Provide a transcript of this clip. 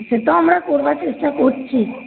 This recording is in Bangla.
সে তো আমরা করবার চেষ্টা করছি